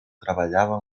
treballava